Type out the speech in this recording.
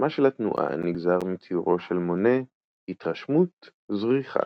שמה של התנועה נגזר מציורו של מונה 'התרשמות זריחה'.